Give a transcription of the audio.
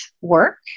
work